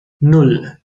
nan